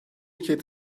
ülkeyi